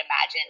imagine